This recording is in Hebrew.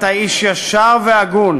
אתה איש ישר והגון.